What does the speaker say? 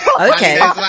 Okay